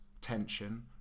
tension